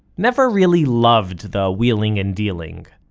never really loved the wheeling and dealing.